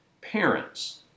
Parents